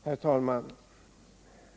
Herr talman!